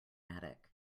attic